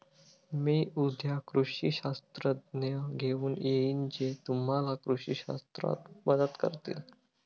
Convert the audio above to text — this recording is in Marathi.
मी उद्या कृषी शास्त्रज्ञ घेऊन येईन जे तुम्हाला कृषी शास्त्रात मदत करतील